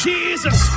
Jesus